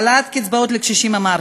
העלאת קצבאות לקשישים, אמרתי,